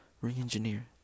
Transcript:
Re-engineer